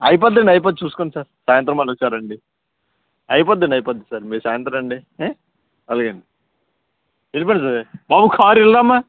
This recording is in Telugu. అయిపోతుందండి అయిపోతుంది చూసుకోండి సార్ సాయంత్రం మరోసారి రండి అయిపోతుందండి అయిపోతుంది సార్ మీరు సాయంత్రం రండి హే అలాగే అండి వెళ్ళిపోండి సార్ బాబు కారు వీళ్ళదమ్మా